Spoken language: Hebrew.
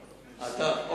אתה.